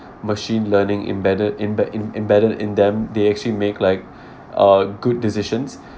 machine learning imbedded imbed~ imbedded in them they actually make like uh good decisions